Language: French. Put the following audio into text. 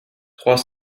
trois